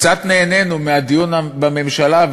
קצת נהנינו מהדיון בממשלה,